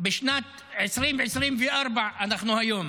בשנת 2024, אנחנו היום